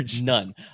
none